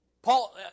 Paul